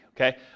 Okay